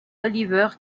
oliver